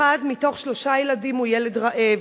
אחד מתוך שלושה ילדים הוא ילד רעב.